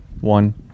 one